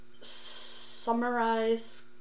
summarize